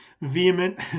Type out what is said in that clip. vehement